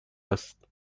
است